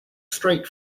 straight